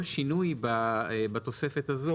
כל שינוי בתוספת הזו,